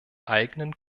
eigenen